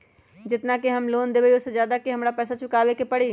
जेतना के हम लोन लेबई ओ से ज्यादा के हमरा पैसा चुकाबे के परी?